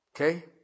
Okay